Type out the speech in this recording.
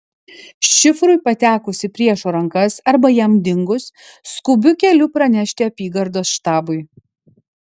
šifrui patekus į priešo rankas arba jam dingus skubiu keliu pranešti apygardos štabui